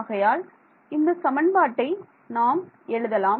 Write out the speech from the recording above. ஆகையால் இந்த சமன்பாட்டை நாம் எழுதலாம்